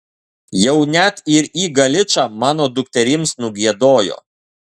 jau net ir į galičą mano dukterims nugiedojo